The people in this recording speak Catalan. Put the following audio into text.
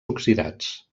oxidats